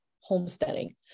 homesteading